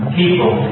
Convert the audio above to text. people